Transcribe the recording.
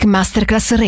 Masterclass